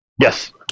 Yes